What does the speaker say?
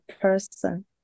person